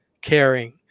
caring